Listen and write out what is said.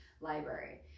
library